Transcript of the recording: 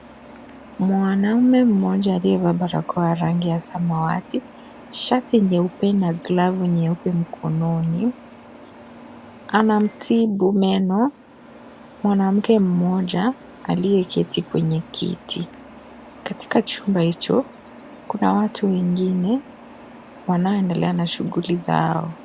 Mwanaume mmoja aliyevaa barakoa ya rangi ya samawati, shati nyeupe na glavu nyeupe mkononi, anamtibu meno, mwanamke mmoja, aliyeketi kwenye kiti, katika chumba hicho, kuna watu wengine, wanao endelea na shuguli zao.